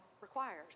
requires